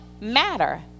matter